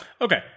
Okay